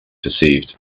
perceived